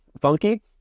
funky